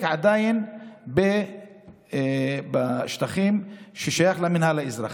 עדיין בשטחים ששייכים למינהל האזרחי.